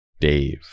Dave